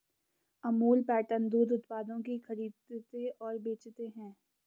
Amul pattern दूध उत्पादों की खरीदते और बेचते है